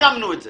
סיכמנו את זה.